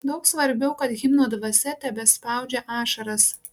daug svarbiau kad himno dvasia tebespaudžia ašaras